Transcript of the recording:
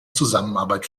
zusammenarbeit